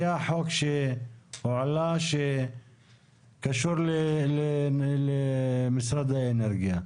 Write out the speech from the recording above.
היה חוק שעלה שזה קשור למשרד האנרגיה.